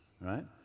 right